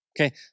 okay